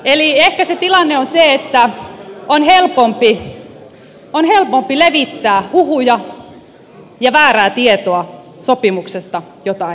eli ehkä se tilanne on se että on helpompi levittää huhuja ja väärää tietoa sopimuksesta jota ei ole lukenut